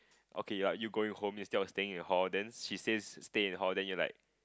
okay you are you going home instead of staying in hall then she says stay at hall then you like